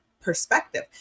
perspective